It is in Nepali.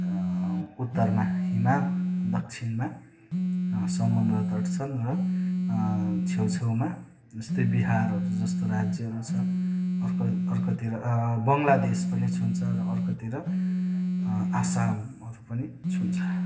उत्तरमा हिमाल दक्षिणमा समुद्रतट छन् र छेउछेउमा जस्तै बिहारहरू जस्तो राज्यहरू छ अर्को अर्कोतिर बङ्गलादेश पनि छुन्छ र अर्कोतिर आसामहरू पनि छुन्छ